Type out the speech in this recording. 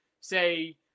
say